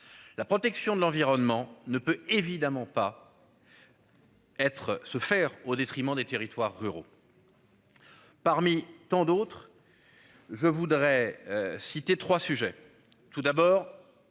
La protection de l'environnement ne peut évidemment pas. Être se faire au détriment des territoires ruraux. Parmi tant d'autres. Je voudrais citer 3 sujets. Tout d'abord.